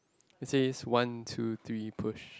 he says one two three push